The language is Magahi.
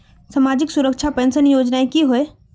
सामाजिक सुरक्षा पेंशन योजनाएँ की होय?